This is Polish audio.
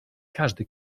każde